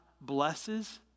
blesses